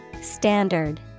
Standard